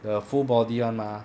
the full body [one] mah